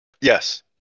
Yes